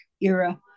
era